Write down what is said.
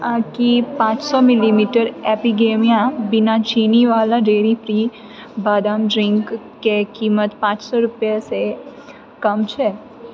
की पाँच सए मिलीलीटर एपिगेमीया बिना चीनीवला डेयरी फ्री बदाम ड्रिङ्क के कीमत पाँच सए रुपैआसँ कम अछि